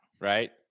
Right